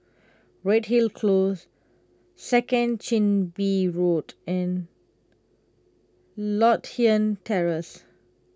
Redhill Close Second Chin Bee Road and Lothian Terrace